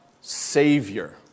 Savior